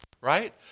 right